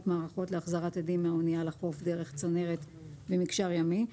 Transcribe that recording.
מערכות להחזרת אדים מהאנייה לחוף דרך צנרת ומקשר ימי.